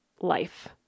life